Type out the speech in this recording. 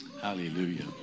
Hallelujah